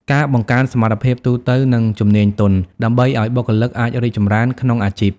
ការបង្កើនសមត្ថភាពទូទៅ និងជំនាញទន់ ដើម្បីឲ្យបុគ្គលិកអាចរីកចម្រើនក្នុងអាជីព។